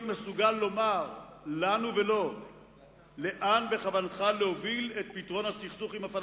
מסוגל לומר לנו ולו לאן בכוונתך להוביל את פתרון הסכסוך עם הפלסטינים?